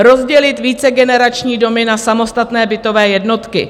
Rozdělit vícegenerační domy na samostatné bytové jednotky.